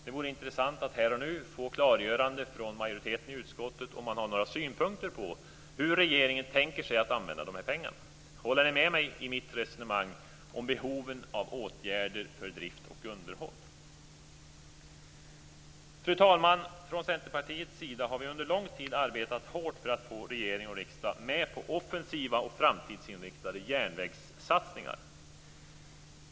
Det vore intressant att här och nu få ett klargörande från majoriteten i utskottet om man har några synpunkter på hur regeringen tänker sig att använda dessa pengar. Håller ni med mig i mitt resonemang om behoven av åtgärder för drift och underhåll? Fru talman! Från Centerpartiets sida har vi under lång tid arbetat hårt för att få regering och riksdag med på offensiva och framtidsinriktade järnvägssatsningar.